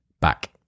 back